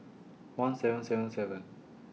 one seven seven seven